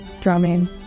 drumming